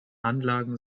anlagen